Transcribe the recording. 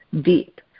deep